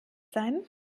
sein